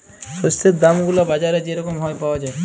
শস্যের দাম গুলা বাজারে যে রকম হ্যয় পাউয়া যায়